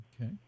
okay